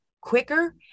quicker